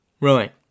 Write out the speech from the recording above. Right